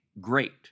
great